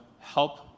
help